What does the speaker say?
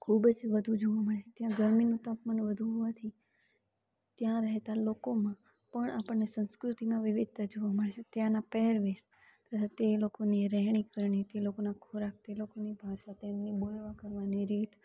ખૂબ જ વધુ જોવા મળે છે ત્યાં ગરમીનું તાપમાન વધું હોવાથી ત્યાં રહેતાં લોકોમાં પણ આપણને સંસ્કૃતિના વિવિધતા જોવા મળે છે ત્યાના પહેરવેશ તે લોકોની રહેણીકરણી તે લોકોના ખોરાક તે લોકોની ભાષા તેમની બોલવા કરવાની રીત